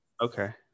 Okay